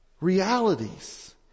realities